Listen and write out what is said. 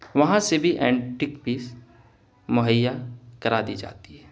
وہاں سے بھی اینٹک پیس مہیا کرا دی جاتی ہے